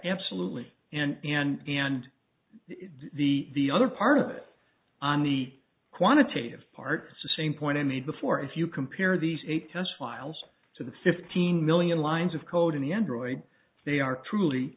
absolutely and and and the other part of it on the quantitative part the same point i made before if you compare these eight test files to the fifteen million lines of code in the android they are truly